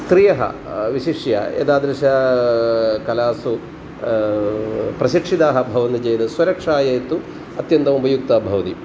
स्त्रियः विशिष्य एतादृश कलासु प्रशिक्षिताः भवन्ति चेत् स्वरक्षायै तु अत्यन्तम् उपयुक्ता भवति